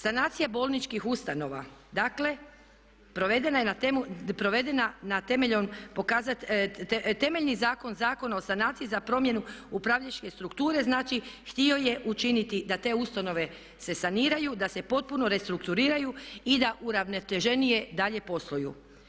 Sanacija bolničkih ustanova, dakle provedena na temelju, temeljni zakon, Zakon o sanaciji za promjenu upravljačke strukture znači htio je učiniti da te ustanove se saniraju, da se potpuno restrukturiraju i da uravnoteženije dalje posluju.